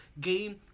game